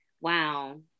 Wow